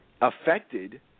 affected